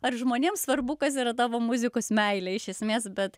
ar žmonėms svarbu kas yra tavo muzikos meilė iš esmės bet